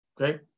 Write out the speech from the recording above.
okay